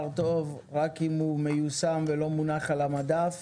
טוב רק אם הוא מיושם ולא מונח על המדף.